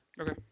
Okay